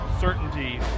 certainty